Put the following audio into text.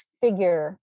figure